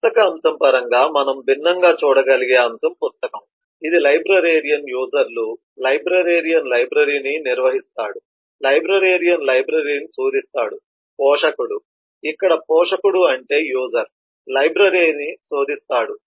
పుస్తక అంశం మనం భిన్నంగా చూడగలిగే పుస్తకం ఇది లైబ్రేరియన్ యూజర్లు లైబ్రేరియన్ లైబ్రరీని నిర్వహిస్తాడు లైబ్రేరియన్ లైబ్రరీని శోధిస్తాడు పోషకుడు ఇక్కడ పోషకుడు అంటే యూజర్ లైబ్రరీని శోధిస్తాడు